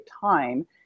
time